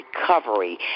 recovery